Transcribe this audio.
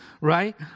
right